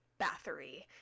Bathory